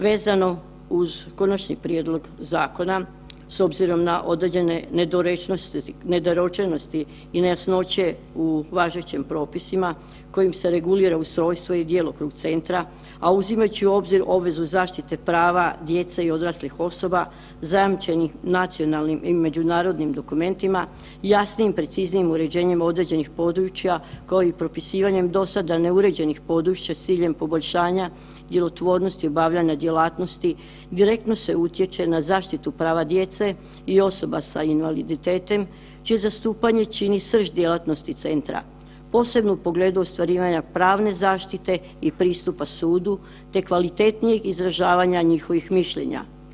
Vezano uz konačni prijedlog zakona s obzirom na određene nedorečenosti i nejasnoće u važećim propisima kojima se regulira ustrojstvo i djelokrug centra, a uzimajući u obzir obvezu zaštite prava djece i odraslih osoba zajamčenih nacionalnim i međunarodnim dokumentima, jasnijim, preciznijim uređenjem određenih područja kao i propisivanjem dosada neuređenih područja s ciljem poboljšanja djelotvornosti obavljanja djelatnosti direktno se utječe na zaštitu prava djece i osoba s invaliditetom čije zastupanje čini srž djelatnosti centra, posebno u pogledu ostvarivanja pravne zaštite i pristupa sudu te kvalitetnijeg izražavanja njihovih mišljenja.